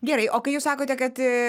gerai o kai jūs sakote kad